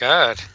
God